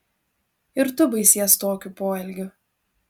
ir tu baisies tokiu poelgiu